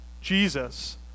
Jesus